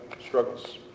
struggles